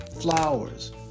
Flowers